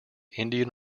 indian